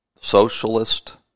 socialist